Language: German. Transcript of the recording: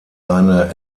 eine